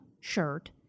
shirt